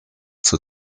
zur